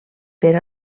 per